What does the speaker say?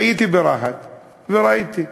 הייתי ברהט וראיתי.